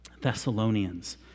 Thessalonians